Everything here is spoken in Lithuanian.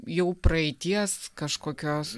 jau praeities kažkokios